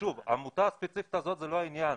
העמותה הספציפית הזאת, היא לא העניין.